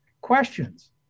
questions